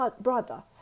brother